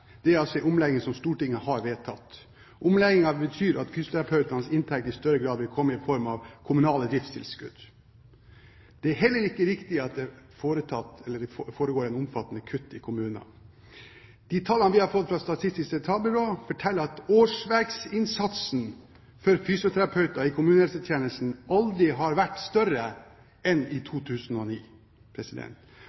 Det er altså en omlegging som Stortinget har vedtatt. Omleggingen betyr at fysioterapeutenes inntekt i større grad vil komme i form av kommunale driftstilskudd. Det er heller ikke riktig at det foregår omfattende kutt i kommunene. De tallene vi har fått fra Statistisk sentralbyrå, forteller at årsverkinnsatsen for fysioterapeuter i kommunehelsetjenesten aldri har vært større enn i